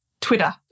Twitter